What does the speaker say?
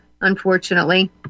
unfortunately